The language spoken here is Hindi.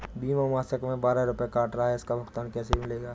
बीमा मासिक में बारह रुपय काट रहा है इसका भुगतान कैसे मिलेगा?